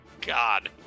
god